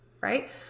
right